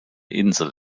insel